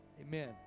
Amen